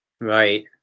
Right